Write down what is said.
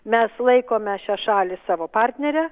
mes laikome šią šalį savo partnere